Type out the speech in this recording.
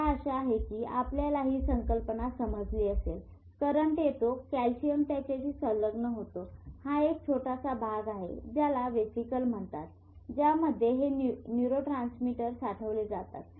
मला आशा आहे की आपल्याला हि संकल्पना समजली असेल करंट येतो कॅल्शियम त्याच्याशी संलग्न होतो हा एक छोटासा भाग आहे ज्याला वेसिकल म्हणतात ज्यामध्ये हे न्यूरोट्रांसमीटर साठवले जातात